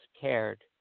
cared